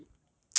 so stupid